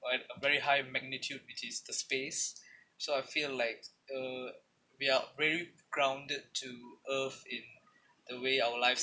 a very high magnitude which is the space so I feel like uh we are very grounded to earth in the way our life~